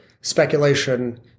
speculation